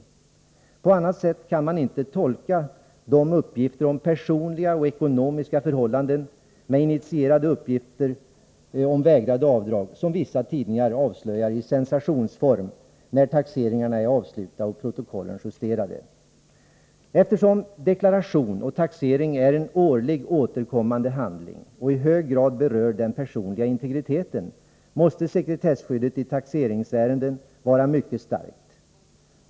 På annat sätt kan man inte tolka de uppgifter om personliga och ekonomiska förhållanden med initierade uppgifter om vägrade avdrag, som vissa tidningar avslöjar i sensationsform när taxeringarna är avslutade och protokollen justerade. Eftersom deklaration och taxering är en årligen återkommande handling och i hög grad berör den personliga integriteten; måste sekretesskyddet i taxeringsärenden vara mycket starkt.